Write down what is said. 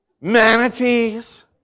Manatees